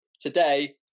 Today